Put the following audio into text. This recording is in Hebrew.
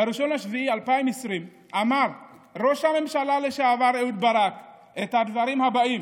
ב-1 ביולי 2020 אמר ראש הממשלה לשעבר אהוד ברק את הדברים הבאים: